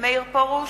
מאיר פרוש,